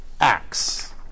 acts